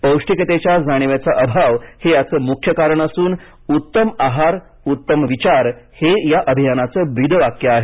पौष्टिकतेच्या जाणीवेचा अभाव हे याचं मुख्य कारण असून उत्तम आहार उत्तम विचार हे या अभियानाचे ब्रीदवाक्य आहे